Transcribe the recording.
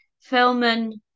filming